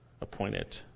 appointed